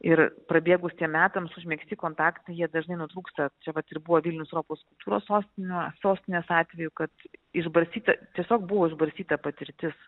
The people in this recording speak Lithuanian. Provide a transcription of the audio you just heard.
ir prabėgus tiem metams užmegzti kontaktai jie dažnai nutrūksta čia vat ir buvo vilnius europos kultūros sostinė sostinės atveju kad išbarstyta tiesiog buvo išbarstyta patirtis